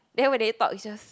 then when they talk it's just